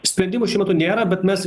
sprendimų šiuo metu nėra bet mes